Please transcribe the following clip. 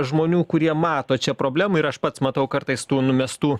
žmonių kurie mato čia problemų ir aš pats matau kartais tų numestų